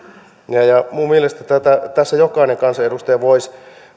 mielestäni tässä jokainen kansanedustaja voisi